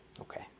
Okay